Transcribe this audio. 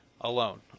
alone